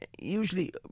usually